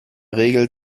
regel